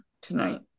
tonight